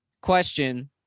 question